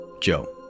Joe